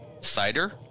Cider